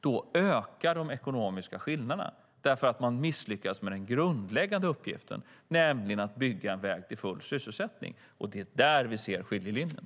Då ökar de ekonomiska skillnaderna, för man misslyckas med den grundläggande uppgiften att bygga en väg till full sysselsättning. Det är där vi ser skiljelinjen.